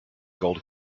gold